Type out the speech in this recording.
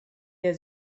der